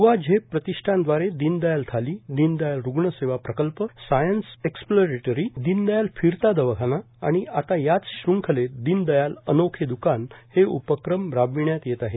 य्वा झेप प्रतिष्ठान दवारे दीनदयाल थालीए दीनदयाल रुग्णसेवा प्रकल्पए सायन्स एक्संलोटरीए दीनदयाल फिरता दवाखाना आणि आता याच श्रंखलेत दीनदयाल अनोखे दुकान हे उपक्रम राबविण्यात येत आहे